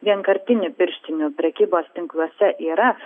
vienkartinių pirštinių prekybos tinkluose yra